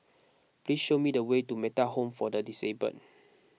please show me the way to Metta Home for the Disabled